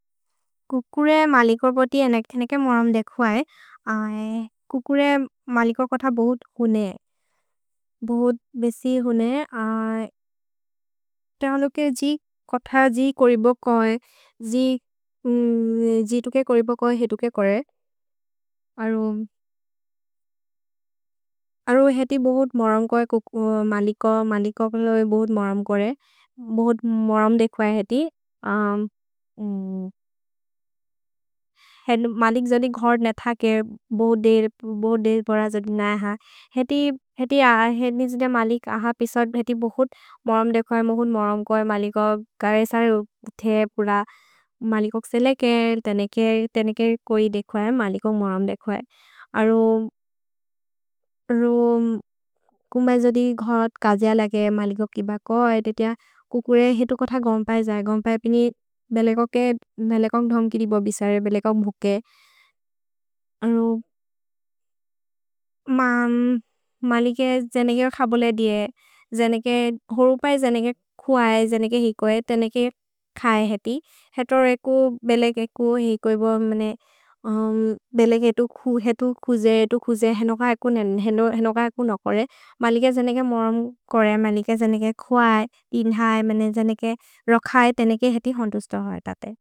कुकुरे मलिकोर् पोति एनक्-एनक् मोरम् देखुअए। कुकुरे मलिकोर् कोथ बहुत् हुने। भहुत् बेसि हुने। त अलोके जि कोथ जि कोरिबो कोहे। जि तुके कोरिबो कोहे, हे तुके कोरे। अरो हेति बहुत् मोरम् कोहे मलिकोर्। मलिकोर् बोले बहुत् मोरम् कोरे। भहुत् मोरम् देखुअए हेति। मलिक् जोदि घोर्ने थके, बोह्दे बोर जोदि नहे ह। हेति ह, हेति जोदि जोदि मलिक् अह पिसोत्। हेति बहुत् मोरम् देखुअए, बहुत् मोरम् कोहे मलिकोर्। गरे सरे उथे पुर मलिकोर् सेलेके। तेनेके, तेनेके कोइ देखुअए, मलिकोर् मोरम् देखुअए। अरो। अरो। कुम जोदि घोरत् कजिअ लगे मलिकोर् किब कोहे। कुकुरे हितु कोथ गोम्पए ज। गोम्पए पिनि मलिकोर् के, मलिकोर् धोम् किरिबो बिसरे। मलिकोर् मुके। अरो। म। मलिक् जनेके खबोले दिए। जनेके, होरु पए जनेके कुअए, जनेके हिकोए। तेनेके खए हेति। हेतो रेकु मलिक् एकु हिकोए बो, मेने। मलिक् एतु कुजे, एतु कुजे। हेनोक एकु नो कोरे। मलिक् जनेके मोरम् कोरे, मलिक् जनेके कुअए। दिन्हए, मेने जनेके रोखए, तेनेके हेति होन्दुस्तु होएतते।